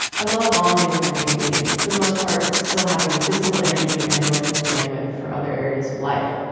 i love bonding with my baby and for the most part still having the physical energy and emotional bandwidth for other areas of life.